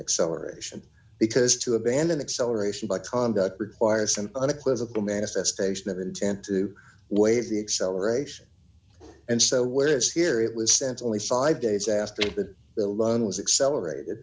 acceleration because to abandon acceleration by conduct requires an unequivocal manifestation of intent to waive the acceleration and so where spirit was sent only five days after that the loan was accelerated